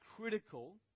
critical